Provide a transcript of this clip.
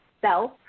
self